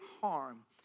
harm